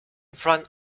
front